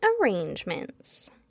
Arrangements